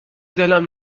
دلم